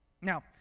Now